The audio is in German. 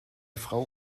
frau